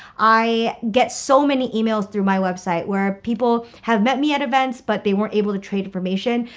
i get so many emails through my website where people have met me at events, but they weren't able to trade information,